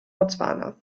botswana